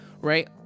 right